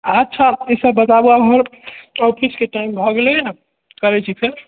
अच्छा ईसभ बताबऽ आब हमर ऑफिसके टाइम भए गेलैए करैत छी फेर